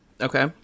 Okay